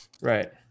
Right